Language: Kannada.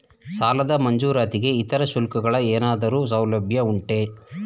ಸಾಲದ ಮಂಜೂರಾತಿಗೆ ಇತರೆ ಶುಲ್ಕಗಳ ಏನಾದರೂ ಸೌಲಭ್ಯ ಉಂಟೆ?